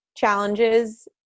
challenges